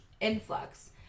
influx